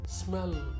smell